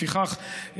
לפיכך,